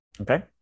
okay